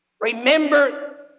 Remember